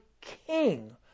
king